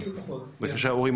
אני